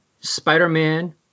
Spider-Man